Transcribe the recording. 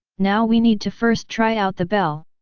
now we need to first try out the bell.